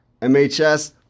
MHS